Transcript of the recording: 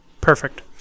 perfect